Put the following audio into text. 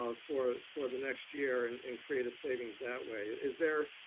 um for for the next year, and and create a savings that way. is there,